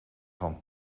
van